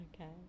Okay